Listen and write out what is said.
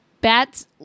Bats